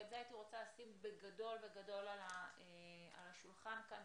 ואת זה הייתי רוצה לשים בגדול בגדול על השולחן כאן,